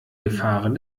gefahren